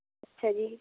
ਅੱਛਾ ਜੀ